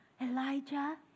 Elijah